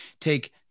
take